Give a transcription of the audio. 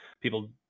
people